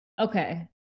Okay